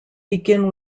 begin